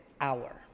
hour